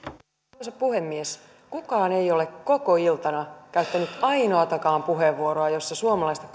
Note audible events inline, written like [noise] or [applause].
arvoisa puhemies kukaan ei ole koko iltana käyttänyt ainoatakaan puheenvuoroa jossa suomalaista [unintelligible]